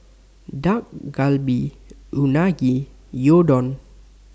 Dak Galbi Unagi Gyudon